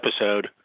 episode